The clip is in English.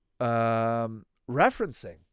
referencing